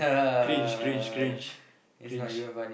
cringe cringe cringe cringe